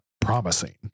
promising